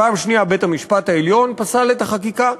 פעם שנייה בית-המשפט העליון פסל את החקיקה.